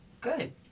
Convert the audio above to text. Good